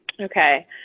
Okay